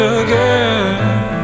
again